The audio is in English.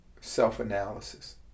self-analysis